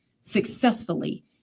successfully